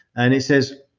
and it says,